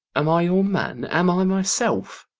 am i your man? am i myself?